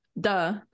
Duh